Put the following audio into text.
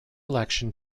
election